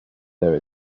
there